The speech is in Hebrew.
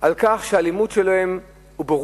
על כך שהלימוד שלהם מביא